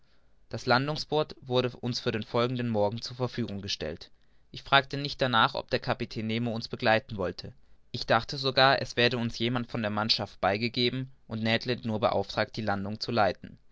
das landungsboot wurde uns für den folgenden morgen zu verfügung gestellt ich fragte nicht darnach ob der kapitän nemo uns begleiten wolle ich dachte sogar es werde uns jemand von der mannschaft beigegeben werden und ned land nur beauftragt die landung zu leiten